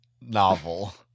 novel